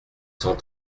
cent